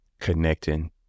connecting